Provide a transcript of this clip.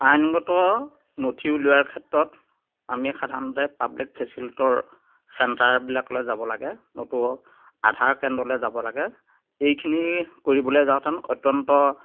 আইনগত নথি উলিওৱাৰ ক্ষেত্ৰত আমি সাধাৰণতে পাব্লিক ফেচিলেটৰ চেণ্টাৰবিলাকলে যাব লাগে নতু আধাৰ কেন্দ্ৰলে যাব লাগে এইখিনি কৰিবলৈ যাওঁতে অত্যন্ত